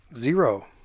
zero